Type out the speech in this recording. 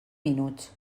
minuts